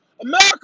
America